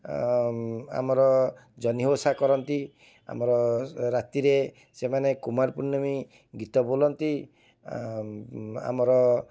ଆମର ଜହ୍ନି ଓଷା କରନ୍ତି ଆମର ରାତିରେ ସେମାନେ କୁମାର ପୂର୍ଣ୍ଣମୀ ଗୀତ ବୋଲନ୍ତି ଆମର